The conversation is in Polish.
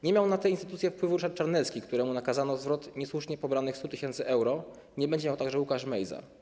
Nie miał na tę instytucję wpływu Ryszard Czarnecki, któremu nakazano zwrot niesłusznie pobranych 100 tys. euro, nie będzie miał także Łukasz Mejza.